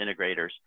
integrators